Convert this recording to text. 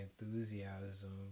enthusiasm